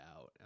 Out